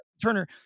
Turner